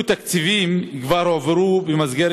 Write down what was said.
4. אילו תקציבים כבר הועברו במסגרת